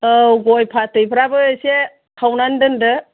औ गय फाथैफ्राबो एसे खावनानै दोनदो